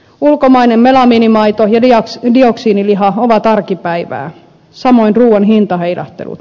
ulkomainen melamiinimaito ja dioksiiniliha ovat arkipäivää samoin ruuan hintaheilahtelut